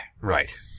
Right